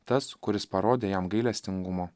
tas kuris parodė jam gailestingumo